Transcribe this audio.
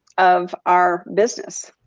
of our business.